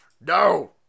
No